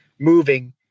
moving